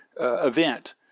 event